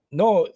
no